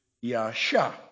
yasha